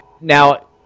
Now